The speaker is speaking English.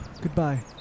Goodbye